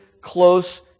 close